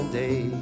day